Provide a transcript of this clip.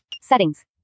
Settings